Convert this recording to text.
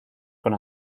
con